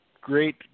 Great